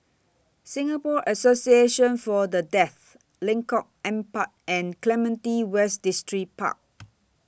Singapore Association For The Deaf Lengkok Empat and Clementi West Distripark